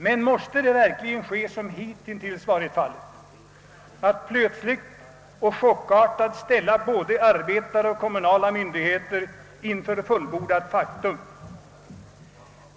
Men måste det verkligen, såsom hittills varit fallet, ske så att både arbetare och kommunala myndigheter plötsligt och chockartat ställs inför fullbordat faktum?